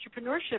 entrepreneurship